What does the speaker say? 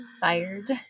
fired